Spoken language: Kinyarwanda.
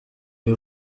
iyo